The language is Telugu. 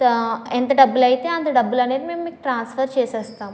ఎంత డబ్బులైతే అంత డబ్బులు అనేవి మేము మీకు ట్రాన్స్ఫర్ చేసేస్తాం